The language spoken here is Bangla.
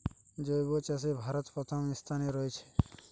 জৈব চাষে ভারত প্রথম অবস্থানে রয়েছে